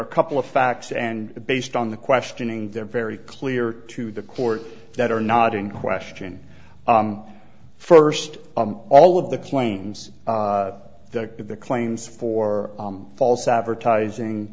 a couple of facts and based on the questioning they're very clear to the court that are not in question first of all of the claims the the claims for false advertising